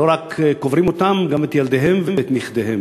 לא קוברות רק אותם, אלא גם את ילדיהם ואת נכדיהם.